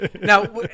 Now